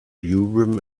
urim